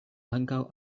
ankaŭ